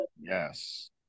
Yes